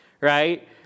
right